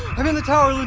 but in the tower, yeah